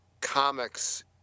comics